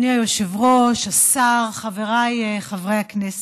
אדוני היושב-ראש, השר, חבריי חברי הכנסת,